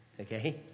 okay